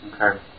Okay